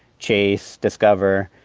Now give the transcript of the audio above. chase, discover.